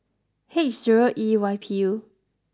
H zero E Y P U